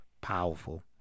powerful